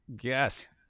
yes